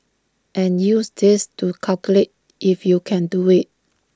and use this to calculate if you can do IT